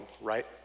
right